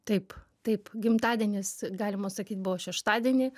taip taip gimtadienis galima sakyt buvo šeštadienį